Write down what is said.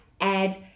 add